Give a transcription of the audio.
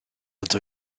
nad